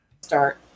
start